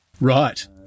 Right